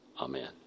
amen